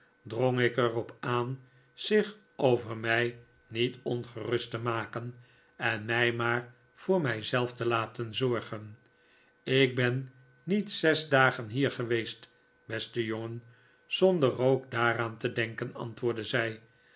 drong ik er op aan zich over mij niet ongerust te maken en mij maar voor mij zelf te laten zorgen ik ben niet zes dagen hier geweest beste jongen zonder ook daaraan te denken antwoordde zij